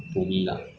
good good